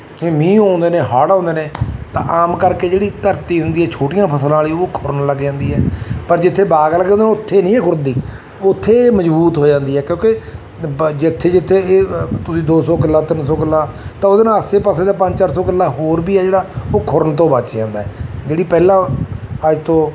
ਜਿਵੇਂ ਮੀਂਹ ਆਉਂਦੇ ਨੇ ਹੜ੍ਹ ਆਉਂਦੇ ਨੇ ਤਾਂ ਆਮ ਕਰਕੇ ਜਿਹੜੀ ਧਰਤੀ ਹੁੰਦੀ ਹੈ ਛੋਟੀਆਂ ਫਸਲਾਂ ਵਾਲੀ ਉਹ ਖੁਰਣ ਲੱਗ ਜਾਂਦੀ ਹੈ ਪਰ ਜਿੱਥੇ ਬਾਗ ਲੱਗੇ ਹੁੰਦੇ ਉੱਥੇ ਨਹੀਂ ਇਹ ਖੁਰਦੀ ਉੱਥੇ ਮਜ਼ਬੂਤ ਹੋ ਜਾਂਦੀ ਹੈ ਕਿਉਂਕਿ ਬ ਜਿੱਥੇ ਜਿੱਥੇ ਇਹ ਤੁਸੀਂ ਦੋ ਸੌ ਕਿੱਲਾ ਤਿੰਨ ਸੋ ਕਿਲਾ ਤਾਂ ਉਹਦੇ ਨਾਲ ਆਸੇ ਪਾਸੇ ਦਾ ਪੰਜ ਚਾਰ ਸੌ ਕਿਲਾ ਹੋਰ ਵੀ ਹੈ ਜਿਹੜਾ ਉਹ ਖੁਰਣ ਤੋਂ ਬਚ ਜਾਂਦਾ ਜਿਹੜੀ ਪਹਿਲਾਂ ਅੱਜ ਤੋਂ